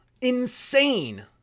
insane